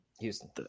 Houston